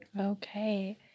Okay